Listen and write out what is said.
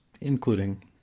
Including